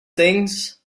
things